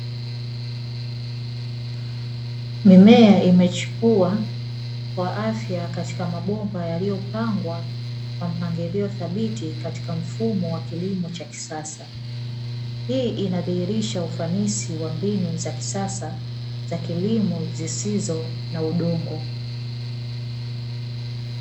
Mimea imechipua kwa afya katika mabomba yaliyopangwa kwa mpangilio thabiti katika mfumo wa kilimo cha kisasa. Hii inadhihirisha ufanisi wa mbinu za kisasa za kilimo zisizo na udongo.